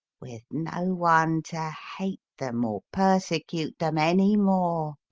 with no one to hate them or persecute them any more.